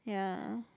ya